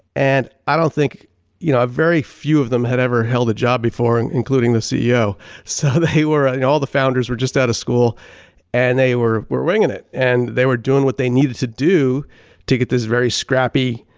and i don't think you know a very few of them have ever held a job before, including the ceo so they were ah and all the founders were just out of school and they were were winging it. and they were doing what they needed to do to get this very scrappy,